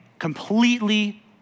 completely